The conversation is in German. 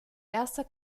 erster